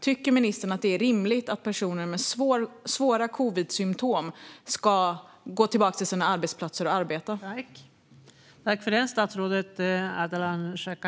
Tycker ministern att det är rimligt att personer med svåra covidsymtom ska gå tillbaka till sina arbetsplatser och arbeta?